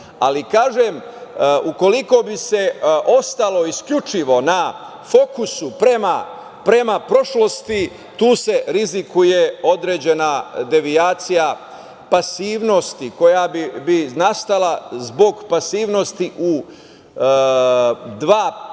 ukoliko bi se ostalo isključivo na fokusu prema prošlosti, tu se rizikuje određena devijacija pasivnosti koja bi nastala zbog pasivnosti u dva pravca.